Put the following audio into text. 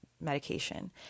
medication